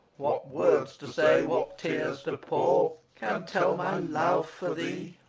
what words to say, what tears to pour can tell my love for thee?